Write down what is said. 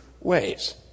ways